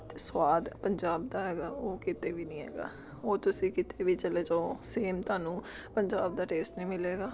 ਅਤੇ ਸੁਆਦ ਪੰਜਾਬ ਦਾ ਹੈਗਾ ਉਹ ਕਿਤੇ ਵੀ ਨਹੀਂ ਹੈਗਾ ਉਹ ਤੁਸੀਂ ਕਿਤੇ ਵੀ ਚਲੇ ਜਾਓ ਸੇਮ ਤੁਹਾਨੂੰ ਪੰਜਾਬ ਦਾ ਟੇਸਟ ਨਹੀਂ ਮਿਲੇਗਾ